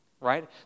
right